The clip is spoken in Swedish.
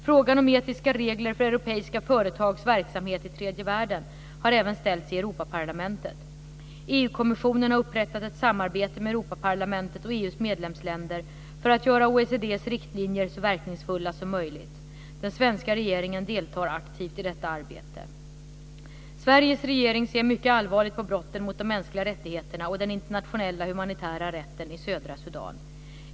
Frågan om etiska regler för europeiska företags verksamhet i tredje världen har även ställts i Europaparlamentet. EU-kommissionen har upprättat ett samarbete med Europaparlamentet och EU:s medlemsländer för att göra OECD:s riktlinjer så verkningsfulla som möjligt. Den svenska regeringen deltar aktivt i detta arbete. Sveriges regering ser mycket allvarligt på brotten mot de mänskliga rättigheterna och den internationella humanitära rätten i södra Sudan.